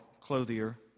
clothier